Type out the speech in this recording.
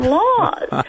laws